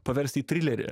paverst į trilerį